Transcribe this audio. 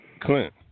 Clint